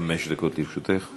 חמש דקות לרשותך.